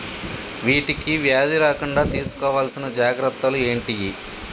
వీటికి వ్యాధి రాకుండా తీసుకోవాల్సిన జాగ్రత్తలు ఏంటియి?